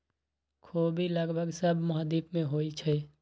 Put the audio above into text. ख़ोबि लगभग सभ महाद्वीप में होइ छइ